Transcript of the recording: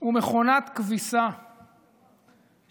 הוא מכונת כביסה שמכבסת